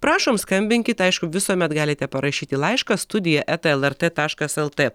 prašom skambinkit aišku visuomet galite parašyti laišką studija eta lrt taškas lt